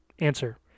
answer